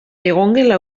egongela